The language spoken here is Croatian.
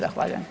Zahvaljujem.